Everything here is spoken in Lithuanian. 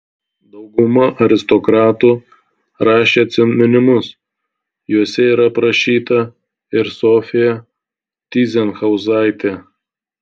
dauguma aristokratų rašė atsiminimus juose yra aprašyta ir sofija tyzenhauzaitė